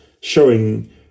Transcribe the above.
showing